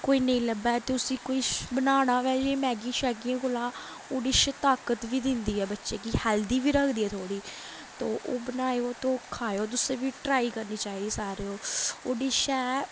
कोई नेईं लब्भै ते उस्सी किश बनाना होऐ जे मैग्गी शैग्गियें कोला ओह् डिश ताकत बी दिंदी ऐ बच्चे गी हैल्दी बी रखदी ऐ थोह्ड़ी तो ओह् बनाएओ तो ओह् खाएओ तुसें बी ट्राई करनी चाहिदी सारें गी ओह् डिश ऐ